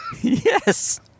Yes